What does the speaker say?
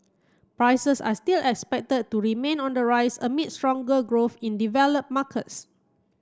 prices are still expected to remain on the rise amid stronger growth in develop markets